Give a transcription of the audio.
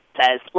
says